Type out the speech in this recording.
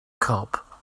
cop